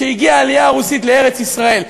כשהגיעה העלייה הרוסית לארץ-ישראל,